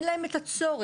אין להם את הצורך.